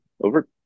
over